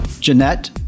Jeanette